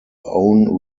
own